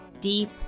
deep